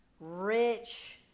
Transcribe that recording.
rich